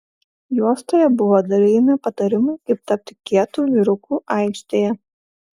juostoje buvo dalijami patarimai kaip tapti kietu vyruku aikštėje